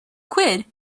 quid